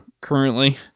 currently